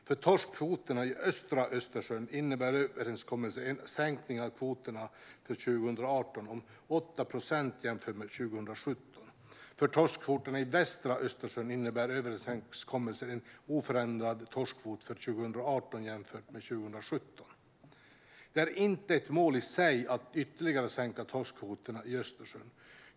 För torskkvoterna i östra Östersjön innebär överenskommelsen en sänkning av kvoterna för 2018 med 8 procent jämfört med 2017. För torskkvoterna i västra Östersjön innebär överenskommelsen en oförändrad torskkvot för 2018 jämfört med 2017. Det är inte ett mål i sig att ytterligare sänka torskkvoterna i Östersjön.